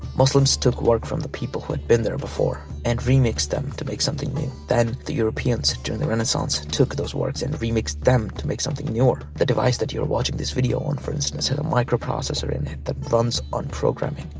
muslims took works from the people who had been there before and remixed them to make something new. then, the europeans during the renaissance took those works and remixed them to make something newer. the device that you're watching this on, for instance, has a microprocessor in it that runs on programming,